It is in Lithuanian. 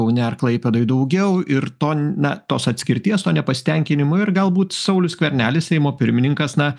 kaune ar klaipėdoj daugiau ir to na tos atskirties to nepasitenkinimo ir galbūt saulius skvernelis seimo pirmininkas na